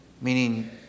meaning